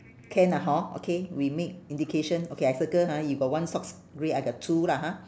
can lah hor okay we make indication okay I circle ha you got one socks grey I got two lah ha